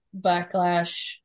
backlash